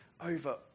over